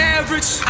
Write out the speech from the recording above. average